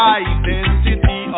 identity